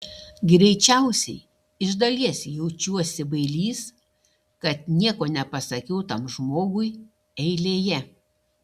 greičiausiai iš dalies jaučiuosi bailys kad nieko nepasakiau tam žmogui eilėje